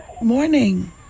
Morning